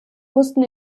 mussten